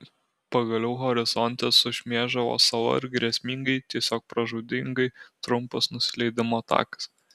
pagaliau horizonte sušmėžavo sala ir grėsmingai tiesiog pražūtingai trumpas nusileidimo takas